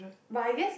but I guess